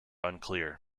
unclear